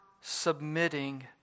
submitting